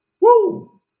Woo